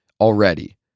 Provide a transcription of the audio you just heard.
already